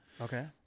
Okay